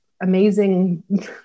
amazing